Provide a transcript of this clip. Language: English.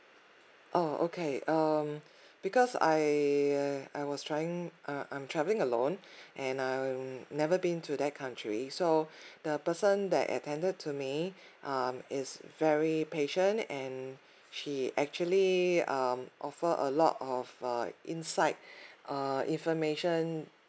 oh okay um because I uh I was trying uh I'm travelling alone and I um never been to that country so the person that attended to me um is very patient and she actually um offer a lot of uh inside err information